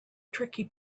tricky